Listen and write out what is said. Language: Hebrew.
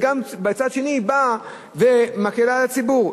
ומצד שני מקל על הציבור.